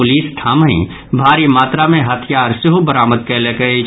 police ठामहि भारी मात्रा मे हथियार सेहो बरामद कयलक अछि